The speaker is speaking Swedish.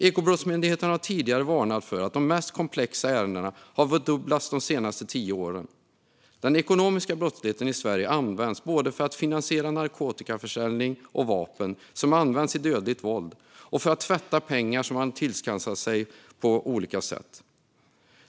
Ekobrottsmyndigheten har tidigare varnat för att de mest komplexa ärendena har blivit dubbelt så många de senaste tio åren. Den ekonomiska brottsligheten i Sverige används både för att finansiera narkotikaförsäljning och vapen som används vid dödligt våld och för att tvätta pengar som man tillskansat sig på olika sätt.